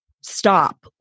stop